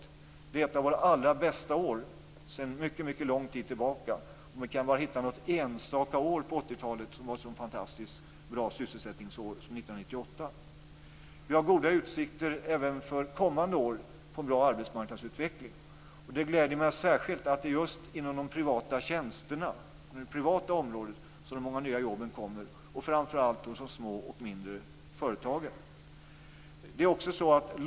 Det var ett av våra allra bästa år sedan mycket lång tid tillbaka. Det gläder mig särskilt att det just är inom det privata området som de många nya jobben kommer och framför hos de små och mindre företagen.